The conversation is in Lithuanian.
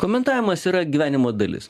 komentavimas yra gyvenimo dalis